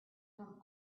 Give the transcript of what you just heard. from